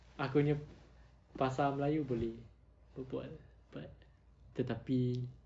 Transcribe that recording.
aku punya bahasa melayu boleh berbual but tetapi